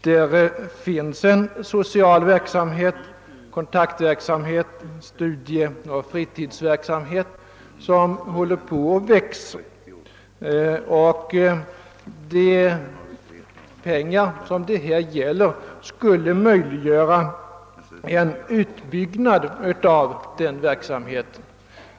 Inom förbundet finns social verksamhet, kontaktverksamhet, studieoch fritidsverksamhet som växer. De pengar som det här gäller skulle möjliggöra en utbyggnad av verksamheten.